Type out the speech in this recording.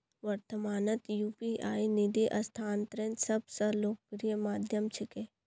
वर्त्तमानत यू.पी.आई निधि स्थानांतनेर सब स लोकप्रिय माध्यम छिके